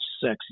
sexy